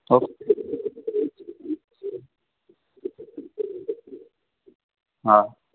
હા હા